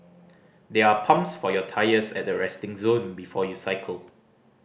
there are pumps for your tyres at the resting zone before you cycle